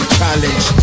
challenge